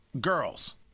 girls